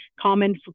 common